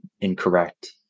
incorrect